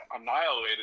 annihilated